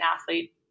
athlete